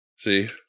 See